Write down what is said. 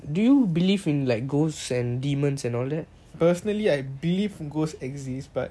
personally I believe that ghosts exist but I don't think